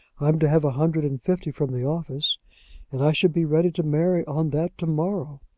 i'm to have a hundred and fifty from the office and i should be ready to marry on that to-morrow.